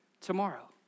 tomorrow